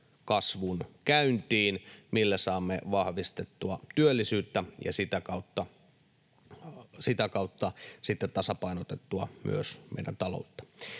kasvun käyntiin, millä saamme vahvistettua työllisyyttä ja sitä kautta sitten tasapainotettua myös meidän taloutta.